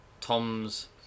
Tom's